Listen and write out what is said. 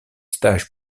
stages